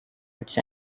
its